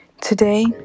Today